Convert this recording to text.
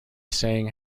saying